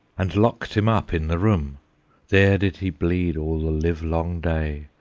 and locked him up in the room there did he bleed all the live-long day,